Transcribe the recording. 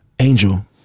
Angel